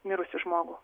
mirusį žmogų